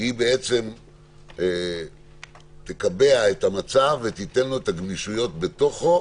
הוא בעצם יקבע את המצב וייתן לו את הגמישויות בפנים,